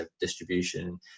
distribution